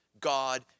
God